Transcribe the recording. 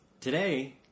Today